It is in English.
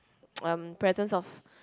um presence of